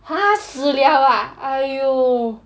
他死 liao ah !aiyo!